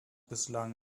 bislang